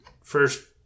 first